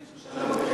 בכלא.